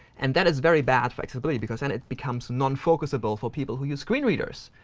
and that is very bad flexibility, because then it becomes non-focusable for people who use screen readers.